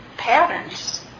Patterns